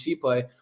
play